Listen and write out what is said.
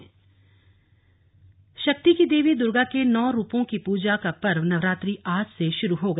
slug Navratri शक्ति की देवी दुर्गा के नौ रूपों की पूजा का पर्व नवरात्रि आज से शुरू हो गया